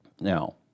Now